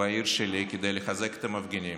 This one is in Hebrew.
בעיר שלי, כדי לחזק את המפגינים.